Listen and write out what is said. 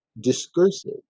discursive